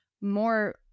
more